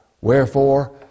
Wherefore